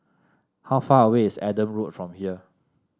how far away is Adam Road from here